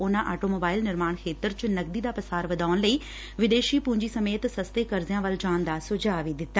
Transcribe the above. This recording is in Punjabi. ਉਨੂਾ ਆਟੋ ਮੋਬਾਇਲ ਨਿਰਮਾਣ ਖੇਤਰ ਚ ਨਕਦੀ ਦਾ ਪਾਸਾਰ ਵਧਾਉਣ ਲਈ ਵਿਦੇਸ਼ੀ ਪੂੰਜੀ ਸਮੇਤ ਸਸਤੇ ਕਰਸਿਆ ਵੱਲ ਜਾਣ ਦਾ ਸੁਝਾਅ ਦਿੱਤਾ